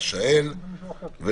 עשהאל.